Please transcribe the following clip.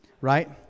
right